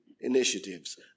initiatives